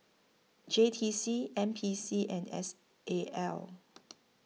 J T C N P C and S A L